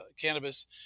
cannabis